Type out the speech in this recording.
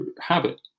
habit